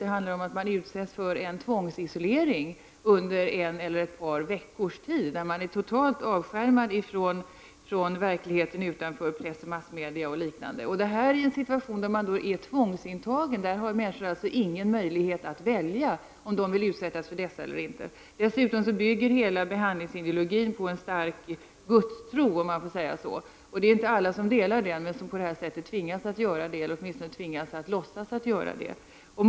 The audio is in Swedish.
Det handlar om att bli utsatt för tvångsisolering under en veckas eller ett par veckors tid — då man är totalt isolerad från verkligheten utanför, press, massmedia och liknande. Detta är i en situation när man är tvångsintagen. Människor har ingen möjlighet att välja om de vill utsättas för detta eller inte. Hela behandlingsideologin bygger dessutom på en stark gudstro — om man får säga så. Det är inte alla som delar denna tro, men som på detta sätt tvingas att göra det eller åtminstone tvingas att låtsas att göra det.